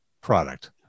product